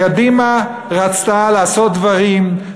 קדימה רצתה לעשות דברים,